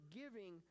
giving